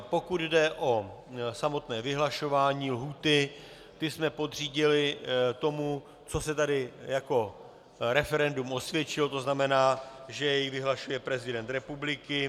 Pokud jde o samotné vyhlašování lhůty, to jsme podřídili tomu, co se tady jako referendum osvědčilo, to znamená, že jej vyhlašuje prezident republiky.